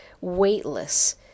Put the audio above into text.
weightless